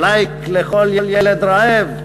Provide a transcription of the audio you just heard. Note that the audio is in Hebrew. "לייק" לכל ילד רעב?